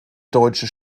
deutsche